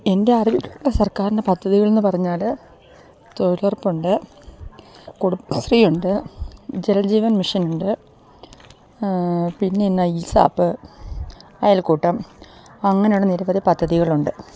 എൻ്റെ അറിവിൽ സർക്കാരിന്റെ പദ്ധതികളെന്ന് പറഞ്ഞാല് തൊഴിലുറപ്പുണ്ട് കുടുംബ ശ്രീയുണ്ട് ജലജീവൻ മിഷന് ഉണ്ട് പിന്നെന്താണ് ഇസാപ്പ് അയൽക്കൂട്ടം അങ്ങനെയുള്ള നിരവധി പദ്ധതികളുണ്ട്